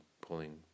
pulling